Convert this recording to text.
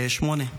שמונה.